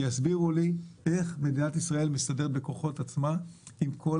שיסבירו לי איך מדינת ישראל תסתדר בכוחות עצמה אם כל